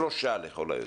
שלושה לכל היותר,